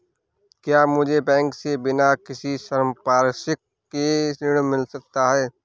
क्या मुझे बैंक से बिना किसी संपार्श्विक के ऋण मिल सकता है?